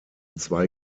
zwei